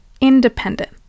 independent